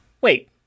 Wait